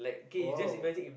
oh